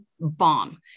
bomb